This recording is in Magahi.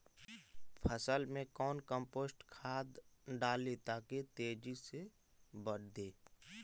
फसल मे कौन कम्पोस्ट खाद डाली ताकि तेजी से बदे?